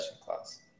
class